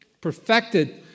perfected